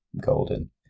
golden